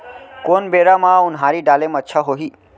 कोन बेरा म उनहारी डाले म अच्छा होही?